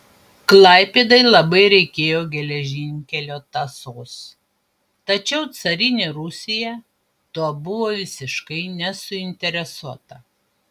klaipėdai labai reikėjo geležinkelio tąsos tačiau carinė rusija tuo buvo visiškai nesuinteresuota